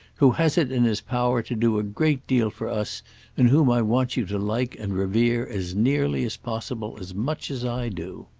who has it in his power to do a great deal for us and whom i want you to like and revere as nearly as possible as much as i do.